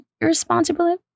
irresponsible